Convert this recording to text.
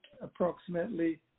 approximately